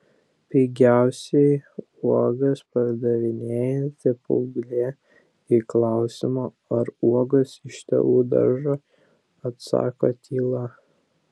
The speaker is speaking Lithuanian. pigiausiai uogas pardavinėjanti paauglė į klausimą ar uogos iš tėvų daržo atsako tyla